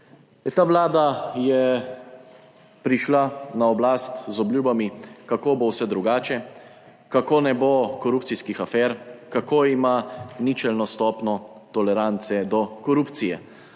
Ta vlada je prišla na oblast z obljubami, kako bo vse drugače, kako ne bo korupcijskih afer, kako ima ničelno stopnjo tolerance do korupcije.